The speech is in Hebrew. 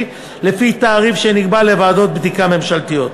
לפי תעריף שנקבע לוועדות בדיקה ממשלתיות.